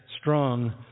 strong